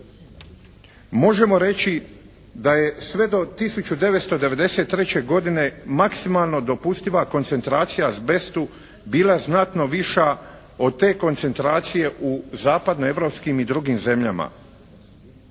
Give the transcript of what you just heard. možemo reći da je sve do 1993. godine maksimalno dopustiva koncentracija azbestu bila znatno viša od te koncentracije u zapadno-europskim i drugim zemljama.